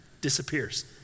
disappears